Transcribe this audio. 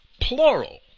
plural